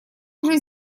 уже